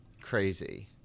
crazy